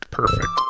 Perfect